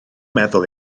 meddwl